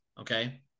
okay